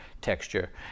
texture